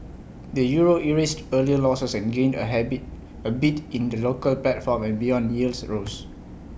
the euro erased earlier losses and gained A high bit A bit in the local platform and beyond yields rose